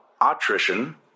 attrition